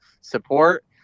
support